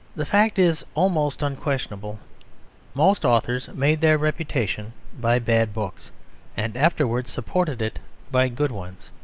the fact is almost unquestionable most authors made their reputation by bad books and afterwards supported it by good ones.